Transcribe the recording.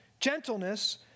gentleness